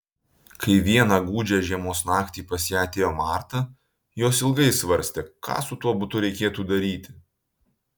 kai vieną gūdžią žiemos naktį pas ją atėjo marta jos ilgai svarstė ką su tuo butu reikėtų daryti